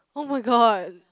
oh my god